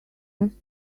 just